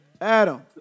Adam